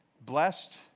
Blessed